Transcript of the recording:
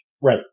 Right